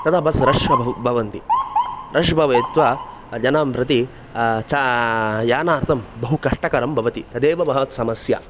तदा bus rush भवन्ति rush भूत्वा जनां प्रति च यानार्थं बहु कष्टकरं भवति तदेव महत्समस्या